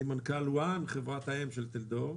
אני מנכ"ל וואן, חברת האם של טלדור.